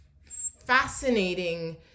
fascinating